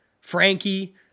Frankie